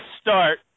start